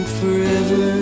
forever